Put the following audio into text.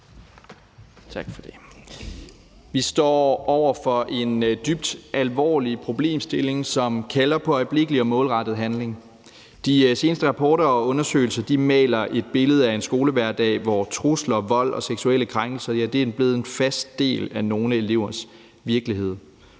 Tak for det. Vi står over for en dybt alvorlig problemstilling, som kalder på øjeblikkelig og målrettet handling. De seneste rapporter og undersøgelser maler et billede af en skolehverdag, hvor trusler, vold og seksuelle krænkelser er blevet en fast del af nogle elevers virkelighed.